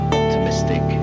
optimistic